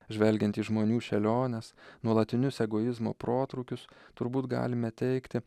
žvelgiant į žmonių šėliones nuolatinius egoizmo protrūkius turbūt galime teigti